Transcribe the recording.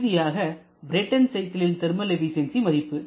இறுதியாக பிரேட்டன் சைக்கிளில் thermal efficiency மதிப்பு